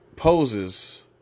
poses